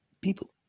people